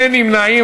אין נמנעים.